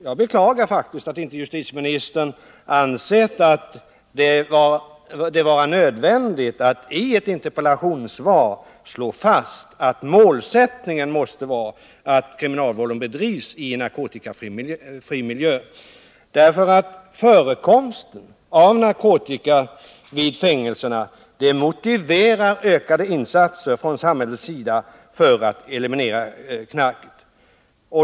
Jag beklagar faktiskt att inte justitieministern ansett det vara nödvändigt att i ett interpellationssvar slå fast att målsättningen måste vara att kriminalvården bedrivs i en narkotikafri miljö, därför att förekomsten av narkotika vid fängelserna motiverar ökade insatser från samhällets sida i syfte att eliminera knarket.